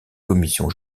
commissions